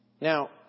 Now